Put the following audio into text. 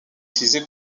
utilisé